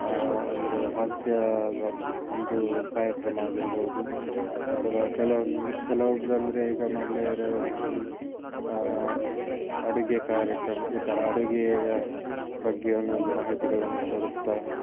ಒಂದು ಹಾಸ್ಯದ ಒಂದು ಕಾರ್ಯಕ್ರಮ ಆಗಿರ್ಬೋದು ಅಥವಾ ಕೆಲವೊಂದು ಕೆಲವೊಬ್ರಂದ್ರೆ ಈಗ ಮಹಿಳೆಯರಲ್ಲಿ ಅಡುಗೆ ಕಾರ್ಯಕ್ರಮ ಈ ಥರ ಅಡುಗೆಯ ಬಗ್ಗೆ ಒಂದೊಂದು ಮಾಹಿತಿಗಳನ್ನು ಕೊಡುತ್ತಾ